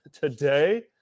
today